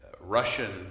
Russian